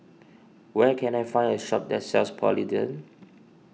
where can I find a shop that sells Polident